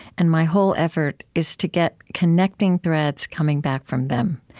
and my whole effort is to get connecting threads coming back from them.